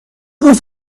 گفت